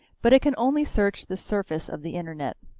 but it can only search the surface of the internet.